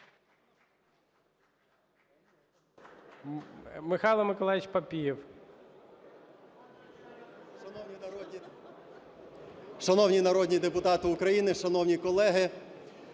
Шановні народні депутати України шановні колеги!